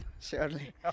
surely